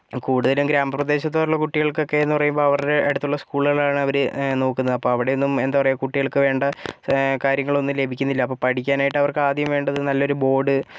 കൂടുതലും ഗ്രാമപ്രദേശത്ത് ഉള്ള കുട്ടികൾക്കൊക്കെ എന്ന് പറയുമ്പം അവരുടെ അടുത്തുള്ള സ്കൂളുകളാണ് അവർ നോക്കുന്നത് അപ്പം അവിടെയൊന്നും എന്താണ് പറയുക കുട്ടികൾക്ക് വേണ്ട കാര്യങ്ങളൊന്നും ലഭിക്കുന്നില്ല അപ്പം പഠിക്കാനായിട്ട് അവർക്ക് ആദ്യം വേണ്ടത് നല്ലൊരു ബോർഡ്